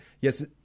yes